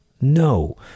No